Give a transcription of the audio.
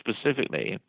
specifically